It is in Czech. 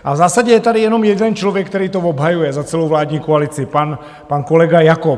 A v zásadě je tady jenom jeden člověk, který to obhajuje za celou vládní koalici, pan kolega Jakob.